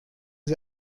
sie